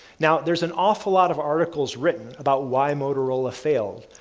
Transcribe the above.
now, there's an awful lot of articles written about why motorola failed,